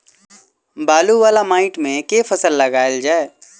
बालू वला माटि मे केँ फसल लगाएल जाए?